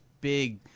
big